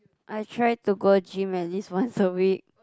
I try to go gym at least once a week